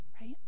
right